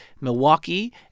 Milwaukee